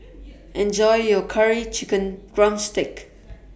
Enjoy your Curry Chicken Drumstick